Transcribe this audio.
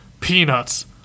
peanuts